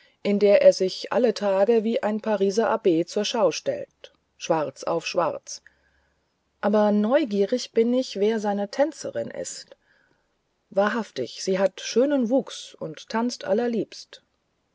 in der er sich alle tage wie ein pariser abb zur schau stellte schwarz auf schwarz aber neugieriger bin ich wer seine tänzerin sei wahrhaftig sie hat schönen wuchs und tanzt allerliebst